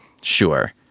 sure